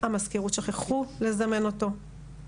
המזכירות שכחו לזמן אותו.